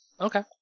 Okay